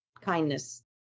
kindness